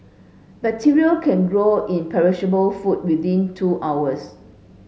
bacteria can grow in perishable food within two hours